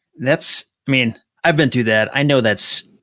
that's, i mean, i've been through that, i know that's,